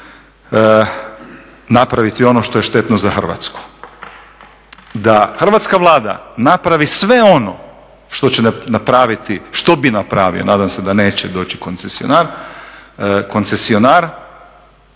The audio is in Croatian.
napraviti ono što je štetno za Hrvatsku. Da Hrvatska vlada napravi sve ono što će napraviti, što bi napravio, nadam se da neće doći koncesionar, tad